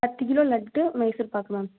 பத்து kilo laddu Mysore pak ma'am